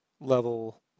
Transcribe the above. level